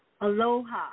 Aloha